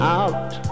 out